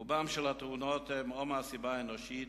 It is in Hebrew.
רובן של התאונות הן או מהסיבה האנושית,